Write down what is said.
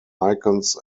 icons